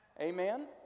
Amen